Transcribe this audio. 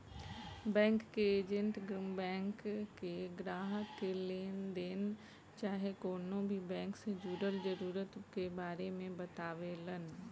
bank के agent bank के ग्राहक के लेनदेन चाहे कवनो भी बैंक से जुड़ल जरूरत के बारे मे बतावेलन